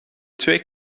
twee